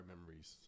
memories